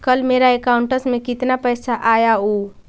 कल मेरा अकाउंटस में कितना पैसा आया ऊ?